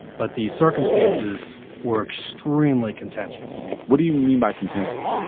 but these circumstances were extremely contentious what do you mean by contentious?